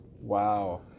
Wow